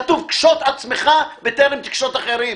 כתוב: קשוט עצמך בטרם תקשוט אחרים.